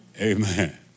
Amen